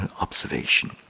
observation